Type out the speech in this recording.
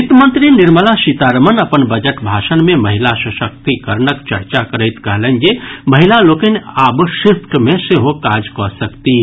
वित्त मंत्री निर्मला सीतारमन अपन बजट भाषण मे महिला सशक्तिकरणक चर्चा करैत कहलनि जे महिला लोकनि आब शिफ्ट मे सेहो काज कऽ सकतीह